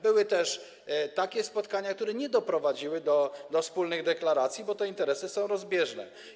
Były też takie spotkania, które nie doprowadziły do wspólnych deklaracji, bo te interesy są rozbieżne.